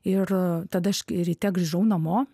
ir tada aš ryte grįžau namo